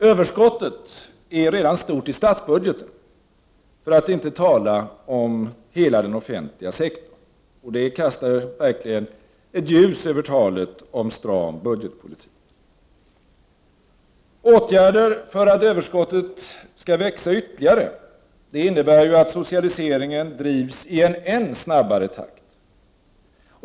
Överskottet är redan stort i statsbudgeten, för att inte tala om hela den offentliga sektorn, och det kastar verkligen ett ljus över talet om stram budgetpolitik. Åtgärder för att överskottet skall växa ytterligare innebär att socialiseringen drivs i en än snabbare takt.